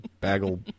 bagel